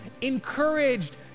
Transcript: encouraged